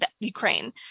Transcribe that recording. ukraine